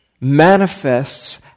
manifests